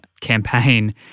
campaign